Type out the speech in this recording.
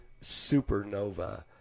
supernova